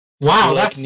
Wow